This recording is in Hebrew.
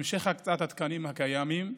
המשך הקצאת התקנים הקיימים,